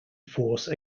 force